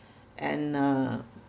and uh